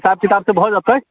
हिसाब किताब से भऽ जयतै